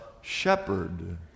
shepherd